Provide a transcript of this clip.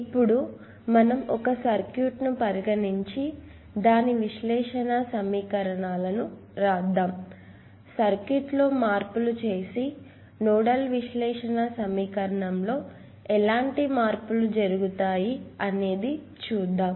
ఇప్పుడు మనం ఒక సర్క్యూట్ ను పరిగణించి మరియు దాని నోడల్ విశ్లేషణ సమీకరణాలను రాద్దాము సర్క్యూట్ లో మార్పులు చేసి మరియు నోడల్ విశ్లేషణ సమీకరణం లో ఎలాంటి మార్పులు జరుగుతాయి అని చూద్దాం